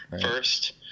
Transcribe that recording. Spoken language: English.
first